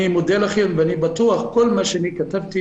אני מודה לכם ואני בטוח שכל מה שכתבתי,